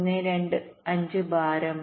15 ഭാരം